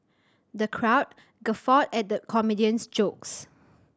the crowd guffawed at the comedian's jokes